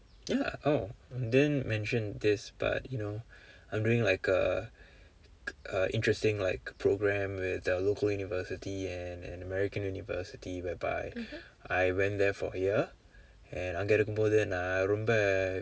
ya oh didn't mention this but you know I'm doing like a uh interesting like program with the local university and an american university whereby I went there for a year and அங்க இருக்கும் போது நான் ரொம்ப:angka irukkum poothu naan rompa